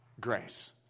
grace